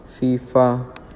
FIFA